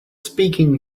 speaking